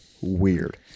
weird